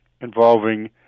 involving